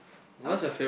okay